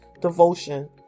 devotion